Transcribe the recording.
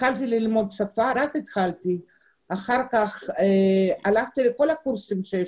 התחלתי ללמוד שפה, הלכתי לכל הקורסים,